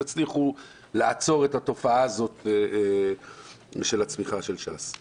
יצליחו לעצור את התופעה הזאת של צמיחת ש"ס.